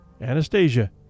Anastasia